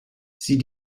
sie